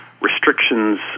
restrictions